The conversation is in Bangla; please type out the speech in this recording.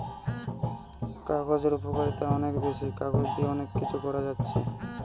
কাগজের উপকারিতা অনেক বেশি, কাগজ দিয়ে অনেক কিছু করা যাচ্ছে